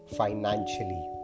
financially